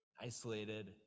isolated